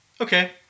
Okay